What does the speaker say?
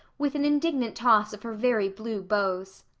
with an indignant toss of her very blue bows,